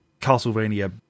castlevania